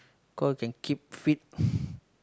cause can keep fit